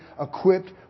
equipped